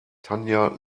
tanja